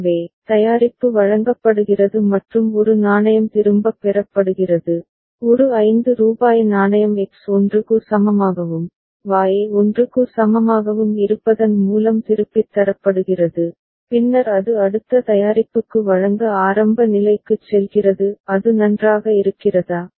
எனவே தயாரிப்பு வழங்கப்படுகிறது மற்றும் ஒரு நாணயம் திரும்பப் பெறப்படுகிறது ஒரு ரூபாய் 5 நாணயம் எக்ஸ் 1 க்கு சமமாகவும் Y 1 க்கு சமமாகவும் இருப்பதன் மூலம் திருப்பித் தரப்படுகிறது பின்னர் அது அடுத்த தயாரிப்புக்கு வழங்க ஆரம்ப நிலைக்குச் செல்கிறது அது நன்றாக இருக்கிறதா